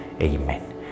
Amen